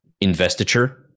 investiture